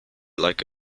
like